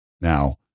now